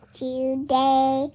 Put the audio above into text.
today